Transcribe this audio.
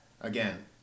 Again